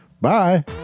bye